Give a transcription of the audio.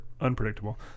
unpredictable